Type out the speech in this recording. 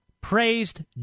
praised